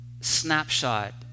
snapshot